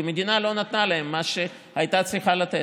כי המדינה לא נתנה להם את מה שהייתה צריכה לתת.